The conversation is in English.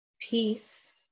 peace